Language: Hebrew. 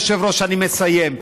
כבוד היושב-ראש, אני מסיים.